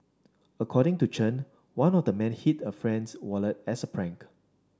according to Chen one of the men hid a friend's wallet as a prank